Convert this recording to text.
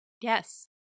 Yes